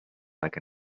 like